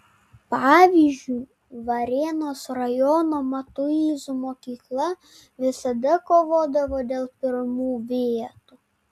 pavyzdžiui varėnos rajono matuizų mokykla visada kovodavo dėl pirmų vietų